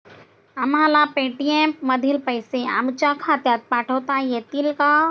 आम्हाला पेटीएम मधील पैसे आमच्या खात्यात पाठवता येतील का?